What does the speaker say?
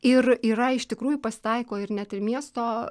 ir yra iš tikrųjų pasitaiko ir net ir miesto